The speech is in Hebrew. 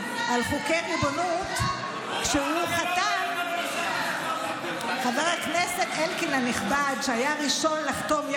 זאב, אני בטוחה, חבר הכנסת אלקין הנכבד, אתם,